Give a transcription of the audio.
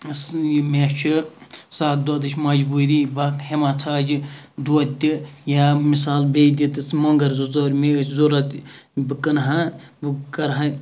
مےٚ چھِ سَکھ دۄدٕچ مَجبوٗری بہٕ ہیٚمہٕ ہا ژھایٚجہِ دۄد تہِ یا مِثال بییٚہِ دِتہٕ ژٕ مۄنٛگَر زٕ ژورمےٚ ٲسۍ ضوٚرَتھ بہٕ کٕنہٕ ہا بہٕ کَرہا